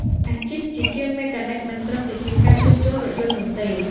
អាជីពជាជាងមេកានិកមិនត្រឹមតែជាការជួសជុលរថយន្តនោះទេ។